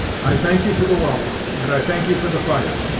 i thank you for the welcome, and i thank you for the fire.